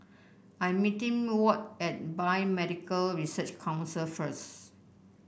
I am meeting Ward at Biomedical Research Council first